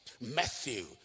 Matthew